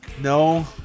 No